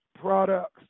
products